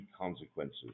consequences